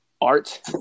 art